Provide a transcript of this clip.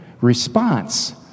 response